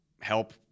help